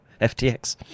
FTX